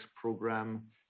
program